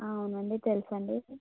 అవునండి తెలుసు అండి